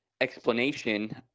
explanation